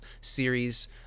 series